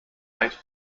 knight